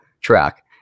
track